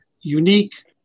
unique